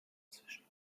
zwischen